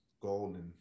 golden